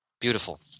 Beautiful